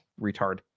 retard